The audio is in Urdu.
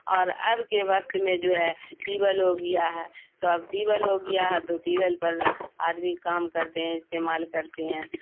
اور اب کے وقت میں جو ہے ٹیبول ہو گیا ہے تو اب ٹیبول ہو گیا ہے تو ٹیبول پر آدمی کام کرتے ہیں استعمال کرتے ہیں